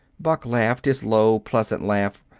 buck laughed his low, pleasant laugh.